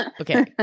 Okay